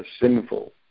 sinful